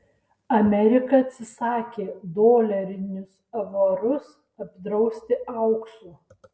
amerika atsisakė dolerinius avuarus apdrausti auksu